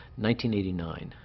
1989